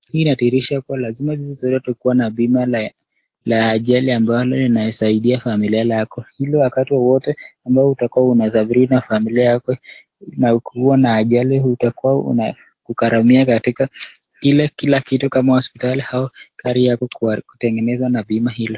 Hii inadhihirisha kuwa lazima sisi sote tuwe na bima la ajali ambayo lina saidia familia lako. Kila wakati wowote ambao utakuwa umesafiri na familia yako, na ukuwe na ajali unaweza kugaramia katika kila kitu kama hospitali au gari yako kutengenezwa na bima hilo.